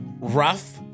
rough